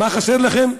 מה חסר לכם?